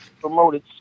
promoted